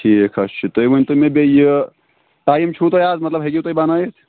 ٹھیٖک حظ چھُ تُہۍ ؤنۍتَو مےٚ بیٚیہِ یہِ ٹایم چھُو تۄہہِ اَز مطلب ہیٚکِو تُہۍ بَنٲوِتھ